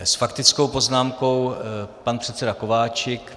S faktickou poznámkou pan předseda Kováčik.